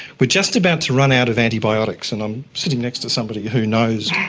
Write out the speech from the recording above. but just about to run out of antibiotics, and i'm sitting next to somebody who knows